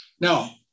Now